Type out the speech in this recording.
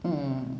mm